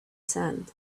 sand